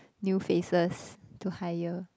new faces to hire